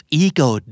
ego